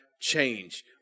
change